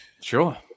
Sure